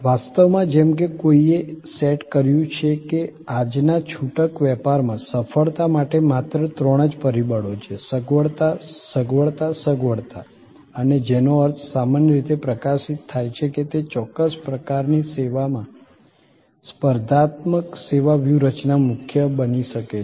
વાસ્તવમાં જેમ કે કોઈએ સેટ કર્યું છે કે આજના છૂટક વેપારમાં સફળતા માટે માત્ર ત્રણ જ પરિબળો છે સગવડતા સગવડતા સગવડતા અને જેનો અર્થ સામાન્ય રીતે પ્રકાશિત થાય છે તે ચોક્કસ પ્રકારની સેવાઓમાં સ્પર્ધાત્મક સેવા વ્યૂહરચના મુખ્ય બની શકે છે